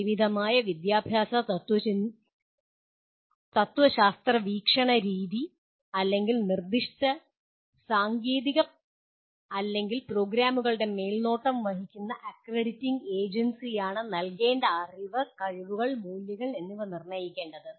പരിമിതമായ വിദ്യാഭ്യാസ തത്വശാസ്ത്ര വീക്ഷിണരീതി അല്ലെങ്കിൽ നിർദ്ദിഷ്ട സാങ്കേതിക അല്ലെങ്കിൽ പ്രോഗ്രാമുകളുടെ മേൽനോട്ടം വഹിക്കുന്ന അക്രഡിറ്റിംഗ് ഏജൻസിയാണ് നൽകേണ്ട അറിവ് കഴിവുകൾ മൂല്യങ്ങൾ എന്നിവ നിർണ്ണയിക്കേണ്ടത്